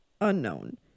unknown